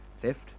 theft